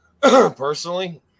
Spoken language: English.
Personally